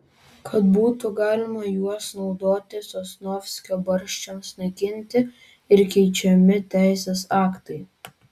kad būtų galima juos naudoti sosnovskio barščiams naikinti ir keičiami teisės aktai